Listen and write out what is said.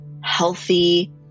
healthy